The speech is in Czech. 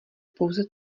pouze